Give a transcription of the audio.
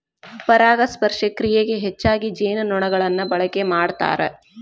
ಪರಾಗಸ್ಪರ್ಶ ಕ್ರಿಯೆಗೆ ಹೆಚ್ಚಾಗಿ ಜೇನುನೊಣಗಳನ್ನ ಬಳಕೆ ಮಾಡ್ತಾರ